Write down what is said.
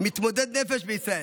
מתמודד נפש בישראל: